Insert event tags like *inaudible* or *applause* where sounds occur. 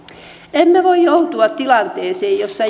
emme voi joutua tilanteeseen jossa *unintelligible*